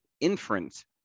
inference